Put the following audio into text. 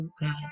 God